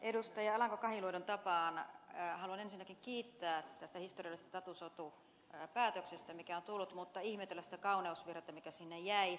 alanko kahiluodon tapaan haluan ensinnäkin kiittää tästä historiallisesta tatusotu päätöksestä mikä on tullut mutta ihmetellä sitä kauneusvirhettä mikä sinne jäi